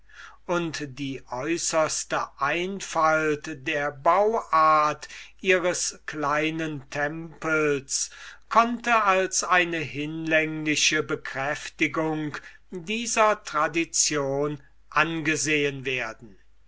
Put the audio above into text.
und die äußerste einfalt der bauart ihres kleinen tempels konnte als eine hinlängliche bekräftigung dieser tradition angesehen werden